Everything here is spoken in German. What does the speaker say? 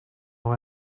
noch